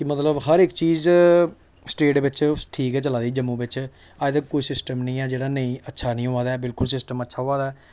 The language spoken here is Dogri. मतलब हर इक चीज स्टेट बिच ठीक गै चला दी जम्मू बिच अज्ज तक कोई सिस्टम निं ऐ जेह्ड़ा अच्छा निं होआ दा ऐ बिल्कुल सिस्टम अच्छा होआ दा ऐ